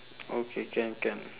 okay can can